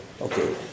Okay